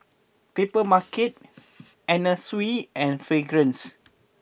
Papermarket Anna Sui and Fragrance